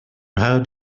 how